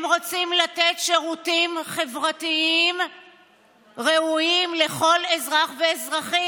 הם רוצים לתת שירותים חברתיים ראויים לכל אזרח ואזרחית.